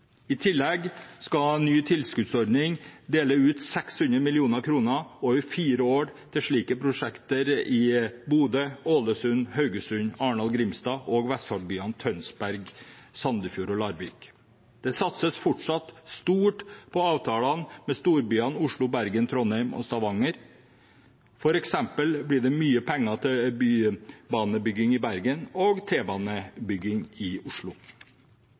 I tillegg skal ny tilskuddsordning dele ut 600 mill. kr over fire år til slike prosjekter i Bodø, Ålesund, Haugesund, Arendal/Grimstad og Vestfoldbyen, dvs. Tønsberg, Sandefjord og Larvik. Det satses fortsatt stort på avtalene med storbyene Oslo, Bergen, Trondheim og Stavanger. For eksempel blir det mye penger til bybanebygging i Bergen og T-banebygging i Oslo.